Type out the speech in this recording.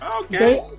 Okay